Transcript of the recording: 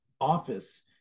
office